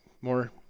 more